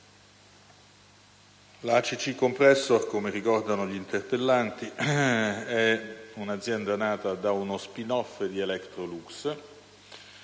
La ACC Compressors, come ricordano gli interpellanti, è un'azienda nata da uno *spin off* di Electrolux.